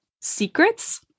secrets